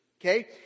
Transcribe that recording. Okay